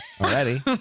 already